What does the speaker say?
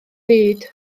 byd